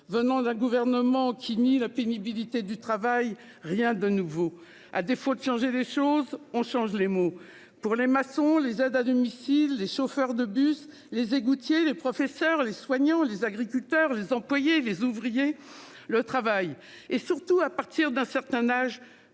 Venant d'un gouvernement qui nient la pénibilité du travail. Rien de nouveau. À défaut de changer les choses ont changé, les mots pour les maçons, les aides à domicile, les chauffeurs de bus, les égoutiers, les professeurs, les soignants, les agriculteurs, les employés et les ouvriers le travail et surtout à partir d'un certain âge